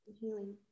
healing